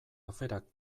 aferak